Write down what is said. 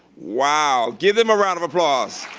wow, give them a round of applause.